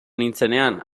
nintzenean